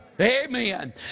Amen